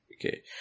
Okay